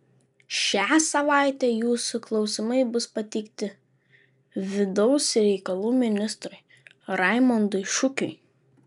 šią savaitę jūsų klausimai bus pateikti vidaus reikalų ministrui raimondui šukiui